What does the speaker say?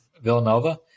Villanova